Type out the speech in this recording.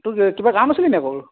তোৰ কিবা কাম আছিলেনি আকৌ